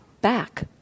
back